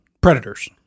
Predators